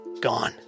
gone